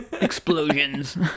Explosions